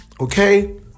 okay